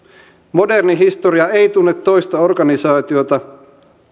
moderni historia ei tunne toista organisaatiota